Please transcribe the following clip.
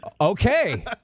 Okay